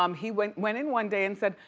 um he went went in one day and said,